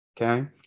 Okay